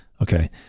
Okay